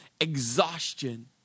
exhaustion